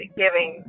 giving